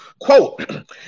Quote